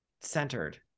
centered